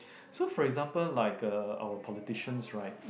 so for example like uh our politicians right